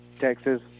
Texas